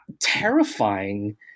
terrifying